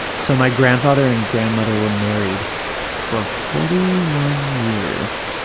so, my grandfather and grandmother were married for forty one years,